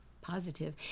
positive